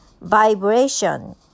vibration